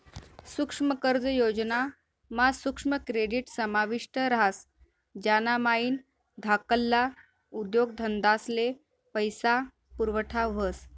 सुक्ष्म कर्ज योजना मा सुक्ष्म क्रेडीट समाविष्ट ह्रास ज्यानामाईन धाकल्ला उद्योगधंदास्ले पैसा पुरवठा व्हस